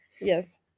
yes